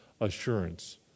assurance